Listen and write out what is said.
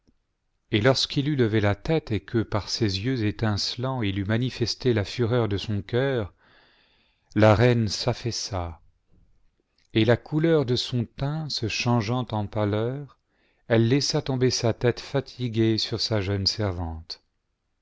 et lorsqu'il eut levé la tête et que par ses yeux étincelants il eut manifesté la fureur de son cœur la reine s'affaissa et la couleur de son teint se changeant en pâleur elle laissa tomber sa tête fatiguée sur sa jeune servante